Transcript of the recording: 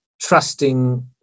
trusting